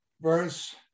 verse